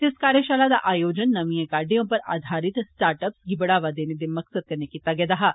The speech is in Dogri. इस कार्यषाला दा आयोजन नमियें काड़े उप्पर आधारित ेजंतज़नचे गी बढ़ावा देने दे मकसद कन्नै कीता गेदा हा